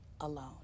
alone